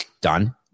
Done